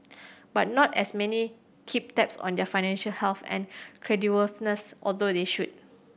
but not as many keep tabs on their financial health and creditworthiness although they should